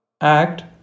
Act